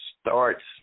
starts